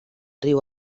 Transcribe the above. riu